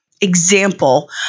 example